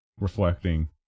reflecting